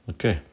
Okay